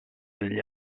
degli